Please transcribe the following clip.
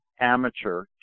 Amateur